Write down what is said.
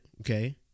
okay